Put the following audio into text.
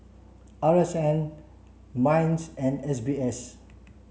R S N MINDS and S B S